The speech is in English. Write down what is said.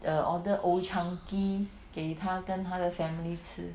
err order Old Chang Kee 给她跟她的 family 吃